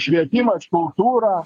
švietimas kultūra